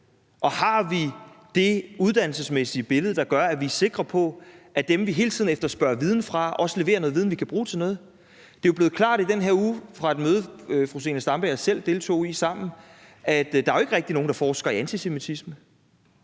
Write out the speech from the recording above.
og har vi det uddannelsesmæssige billede, der gør, at vi er sikre på, at dem, vi hele tiden efterspørger viden fra, også leverer noget viden, vi kan bruge til noget? Det er jo blevet klart i den her uge på et møde, som fru Zenia Stampe og jeg selv deltog i sammen, at der ikke rigtig er nogen, der forsker i antisemitisme,